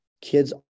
kids